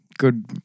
Good